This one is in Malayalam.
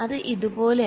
അത് ഇതുപോലെയായിരുന്നു